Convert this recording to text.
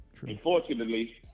Unfortunately